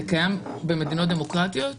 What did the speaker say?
זה קיים בעוד מדינות דמוקרטיות בעולם?